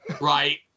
Right